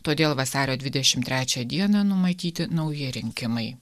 todėl vasario dvidešimt trečią dieną numatyti nauji rinkimai